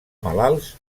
malalts